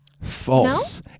false